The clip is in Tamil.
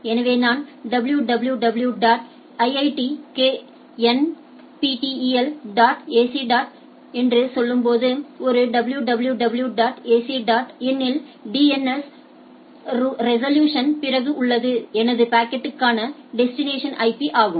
எனவே நான் www dot iitknptel dot ac dot என்று சொல்லும்போது ஒரு www dot ac dot in இல் DNS ரெசொலூஷன்க்கு பிறகு உள்ளது எனது பாக்கெட்டுக்கான டெஸ்டினேஷன் ஐபி ஆகும்